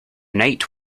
night